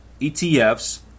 etfs